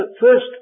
first